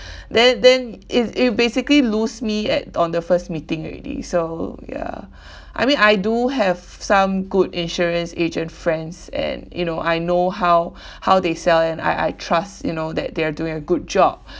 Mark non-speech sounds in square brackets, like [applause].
[breath] then then it you basically lose me at on the first meeting already so ya [breath] I mean I do have some good insurance agent friends and you know I know how [breath] how they sell and I I trust you know that they are doing a good job [breath]